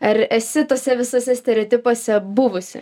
ar esi tose visose stereotipuose buvusi